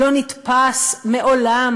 לא נתפס מעולם